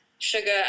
sugar